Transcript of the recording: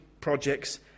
projects